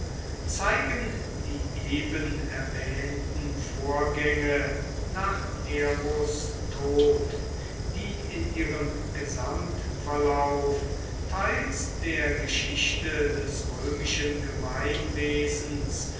zeigen die eben erwähnten vorgänge nach neros tod die in ihrem gesamtverlauf teils der geschichte des römischen gemeinwesens